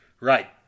right